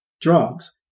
drugs